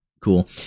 cool